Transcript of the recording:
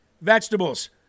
vegetables